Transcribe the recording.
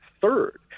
third